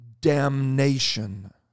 damnation